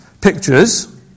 pictures